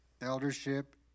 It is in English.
eldership